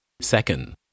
Second